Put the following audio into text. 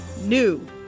NEW